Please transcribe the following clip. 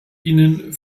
ihnen